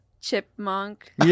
Chipmunk